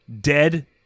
dead